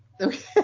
Okay